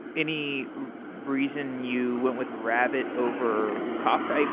any reason you went with rabbit over kafka?